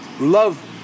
love